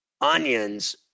Onions